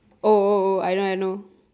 oh oh oh I know I know